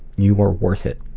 you are worth it.